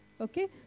Okay